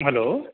hello